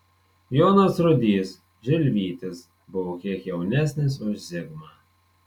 jonas rudys žilvytis buvo kiek jaunesnis už zigmą